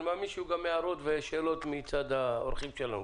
אני מאמין שיהיו גם הערות ושאלות מצד האורחים שלנו.